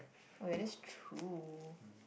okay that's true